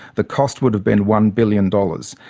the cost would have been one billion dollars.